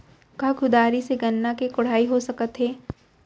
का कुदारी से गन्ना के कोड़ाई हो सकत हे?